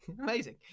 amazing